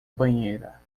banheira